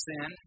Sin